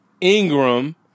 Ingram